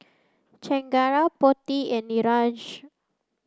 Chengara Potti and Niraj